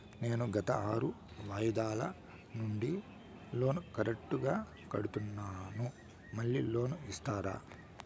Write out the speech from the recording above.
నేను గత ఆరు వాయిదాల నుండి లోను కరెక్టుగా కడ్తున్నాను, మళ్ళీ లోను ఇస్తారా?